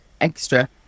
extra